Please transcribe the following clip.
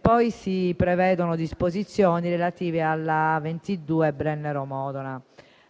Poi si prevedono disposizioni relative alla A22 Brennero-Modena.